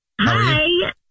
Hi